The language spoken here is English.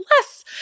less